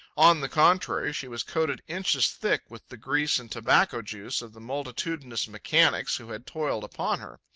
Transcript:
on the contrary, she was coated inches thick with the grease and tobacco-juice of the multitudinous mechanics who had toiled upon her.